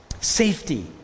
safety